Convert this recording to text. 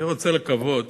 אני רוצה לקוות,